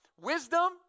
Wisdom